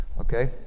Okay